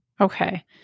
Okay